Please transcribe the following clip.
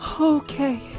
Okay